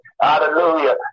hallelujah